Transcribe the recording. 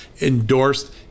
endorsed